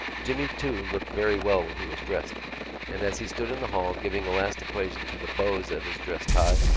jimmy, too, looked very well when he was dressed and, as he stood in the hall giving a last equation to the bows of his dress tie,